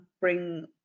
bring